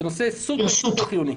זה נושא סופר חיוני.